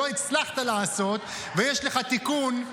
שלא הצלחת לעשות ויש לך תיקון,